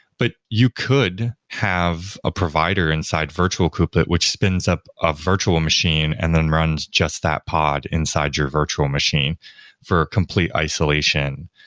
but you could have a provider inside virtual kubelet, which spins up a virtual machine and then runs just that pod inside your virtual machine for a complete isolation.